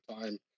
time